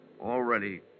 Already